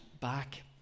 back